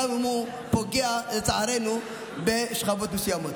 גם אם לצערנו הוא פוגע בשכבות מסוימות.